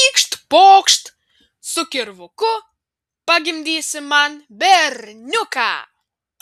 pykšt pokšt su kirvuku pagimdysi man berniuką